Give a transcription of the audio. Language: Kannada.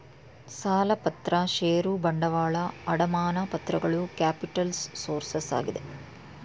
ಸಾಲಪತ್ರ ಷೇರು ಬಂಡವಾಳ, ಅಡಮಾನ ಪತ್ರಗಳು ಕ್ಯಾಪಿಟಲ್ಸ್ ಸೋರ್ಸಸ್ ಆಗಿದೆ